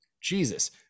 Jesus